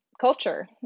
culture